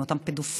עם אותם פדופילים,